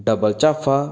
double ਝਾਫਾ